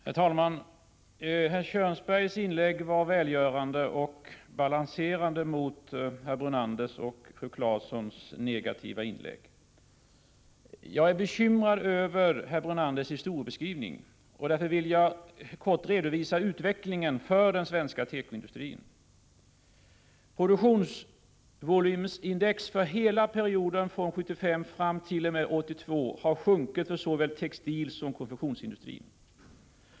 Herr talman! Herr Kjörnsbergs inlägg var välgörande och balanserande mot herr Brunanders och fru Claessons negativa inlägg. Jag är bekymrad över herr Brunanders historieskrivning och vill därför kort redovisa utvecklingen för den svenska tekoindustrin. Produktionsvolymsindex för hela perioden från 1975 fram t.o.m. 1982 har sjunkit för såväl textilsom konfektionsindustrin.